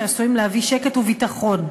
שעשויים להביא שקט וביטחון,